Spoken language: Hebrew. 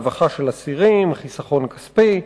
רווחת האסירים וחיסכון כספי.